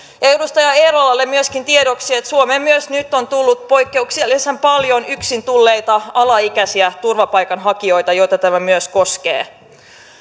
edustaja eerolalle myöskin tiedoksi että suomeen myös nyt on tullut poikkeuksellisen paljon yksin tulleita alaikäisiä turvapaikanhakijoita joita tämä myös koskee